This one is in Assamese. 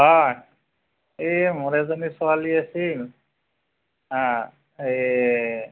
হয় এই মোৰ এজনী ছোৱালী আছিল এই